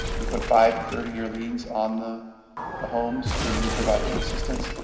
we put five to thirty year liens on the the homes when we provide them assistance,